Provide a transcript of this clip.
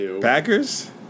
Packers